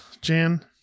Jan